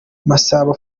masabo